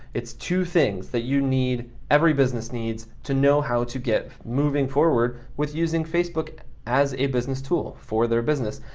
it's two things that you need, every business needs to know how to get moving forward with using facebook as a business tool for their business,